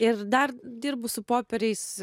ir dar dirbu su popieriais